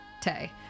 Tay